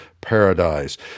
Paradise